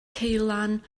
ceulan